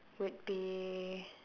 would be